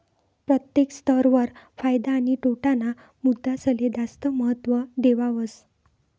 प्रत्येक स्तर वर फायदा आणि तोटा ना मुद्दासले जास्त महत्व देवावस